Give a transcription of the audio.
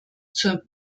zur